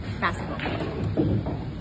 Basketball